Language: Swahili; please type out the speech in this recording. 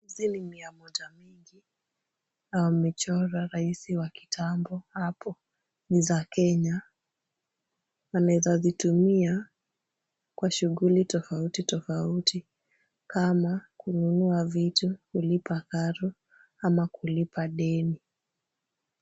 Hizi ni mia moja mingi na wamechora rais wa kitambo hapo. Ni za Kenya anaeza zitumia kwa shughuli tofauti tofauti kama kununua vitu, kulipa karo ama kulipa deni.